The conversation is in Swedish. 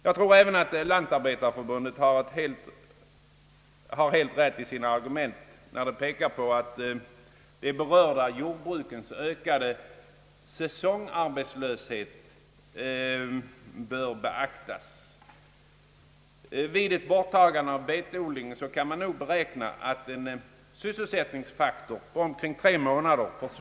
Jag tror också att lantarbetarförbundet har helt rätt i sina argument när det pekar på de berörda jordbrukens ökande säsongarbetslöshet vid ett borttagande av betodlingen. Enligt beräkningar gör den sysselsättningen cirka tre månader.